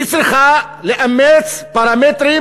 היא צריכה לאמץ פרמטרים